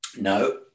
No